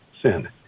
sin